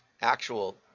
actual